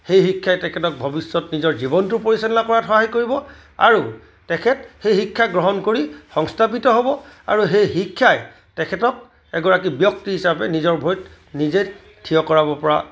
সেই শিক্ষাই তেখেতক ভৱিষ্যত নিজৰ জীৱনটো পৰিচালনা কৰাত সহায় কৰিব আৰু তেখেত সেই শিক্ষা গ্ৰহণ কৰি সংস্থাপিত হ'ব আৰু সেই শিক্ষাই তেখেতক এগৰাকী ব্যক্তি হিচাপে নিজৰ ভৰিত নিজে থিয় কৰাব পৰা